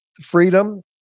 freedom